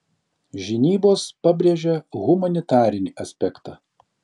žinybos pabrėžia humanitarinį aspektą